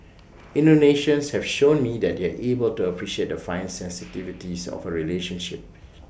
Indonesians have shown me that they are able to appreciate the fine sensitivities of A relationship